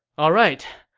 alright,